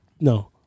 No